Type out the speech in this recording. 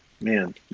man